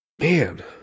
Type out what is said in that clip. man